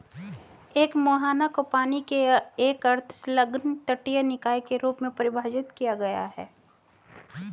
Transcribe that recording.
एक मुहाना को पानी के एक अर्ध संलग्न तटीय निकाय के रूप में परिभाषित किया गया है